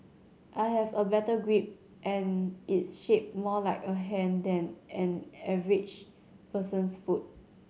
I have a better grip and it's shaped more like a hand than an average person's foot